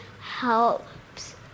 helps